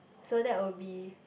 so that would be